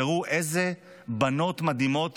תראו איזה בנות מדהימות